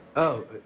oh.